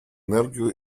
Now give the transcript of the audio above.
энергию